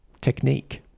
technique